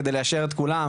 ליישר את כולם,